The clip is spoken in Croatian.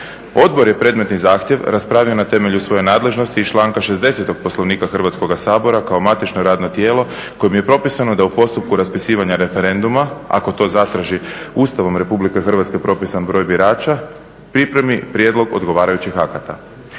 Odbor je predmetni zahtjev raspravio na temelju svoje nadležnosti iz članka 60. Poslovnika Hrvatskoga sabora kao matično radno tijelo kojim je propisano da u postupku raspisivanja referenduma, ako to zatraži Ustavom RH propisan broj birača, pripremi prijedlog odgovarajućih akata.